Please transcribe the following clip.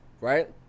Right